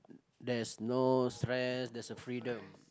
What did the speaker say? this no stress there's a freedom